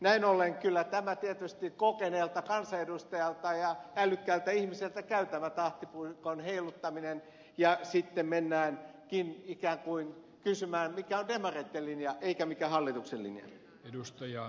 näin ollen kyllä tietysti kokeneelta kansanedustajalta ja älykkäältä ihmiseltä käy tämä tahtipuikon heiluttaminen ja sitten mennäänkin ikään kuin kysymään mikä on demareitten linja eikä mikä on hallituksen linja